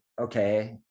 okay